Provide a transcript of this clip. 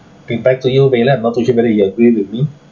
okay back to you valen not too sure whether you agree with me